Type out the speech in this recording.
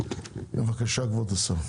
בבקשה, כבוד השר.